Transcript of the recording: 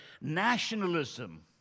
nationalism